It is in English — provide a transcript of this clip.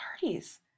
parties